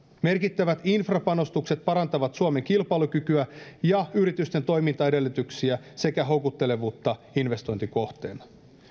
merkittävät infrapanostukset parantavat suomen kilpailukykyä ja yritysten toimintaedellytyksiä sekä houkuttelevuutta investointikohteena